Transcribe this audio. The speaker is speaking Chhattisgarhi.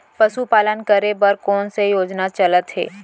पशुपालन करे बर कोन से योजना चलत हे?